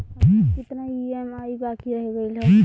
हमार कितना ई ई.एम.आई बाकी रह गइल हौ?